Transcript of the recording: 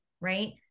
right